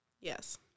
yes